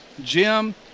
Jim